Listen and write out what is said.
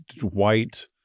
white